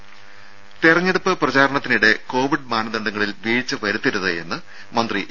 രുമ തെരഞ്ഞെടുപ്പ് പ്രചാരണത്തിനിടെ കോവിഡ് മാനദണ്ഡങ്ങളിൽ വീഴ്ച വരുത്തരുതെന്ന് മന്ത്രി എ